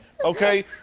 Okay